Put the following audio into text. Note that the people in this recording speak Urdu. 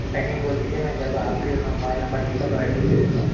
ٹائمنگ بول دیجیے میں جب آپ کے موبائل نمبر دے کر گائڈ کو دے دونگا